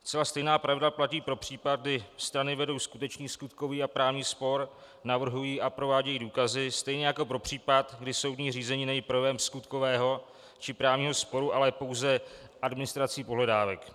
Zcela stejná pravda platí pro případ, kdy strany vedou skutečný skutkový a právní spor, navrhují a provádějí důkazy, stejně jako pro případ, kdy soudní řízení není projevem skutkového či právního sporu, ale pouze administrací pohledávek.